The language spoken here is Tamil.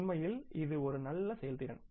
உண்மையில் இது ஒரு நல்ல செயல்திறன்